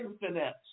infinite